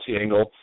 angle